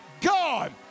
God